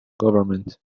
government